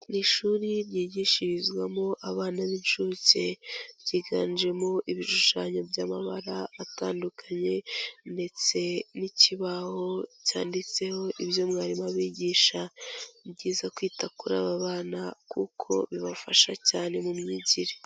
Ishuri ryigishirizwamo abana b'incuke, ryiganjemo ibishushanyo by'amabara atandukanye ndetse n'ikibaho cyanditseho ibyo mwarimu abigisha, ni byiza kwita kuri aba bana, kuko bibafasha cyane mu myigire.